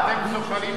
אתם זוחלים יותר מהר.